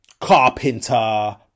carpenter